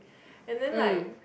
and then like